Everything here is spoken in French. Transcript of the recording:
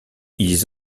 ils